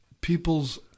people's